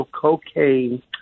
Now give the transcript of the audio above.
cocaine